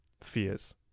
fears